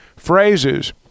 phrases